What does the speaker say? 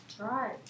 Right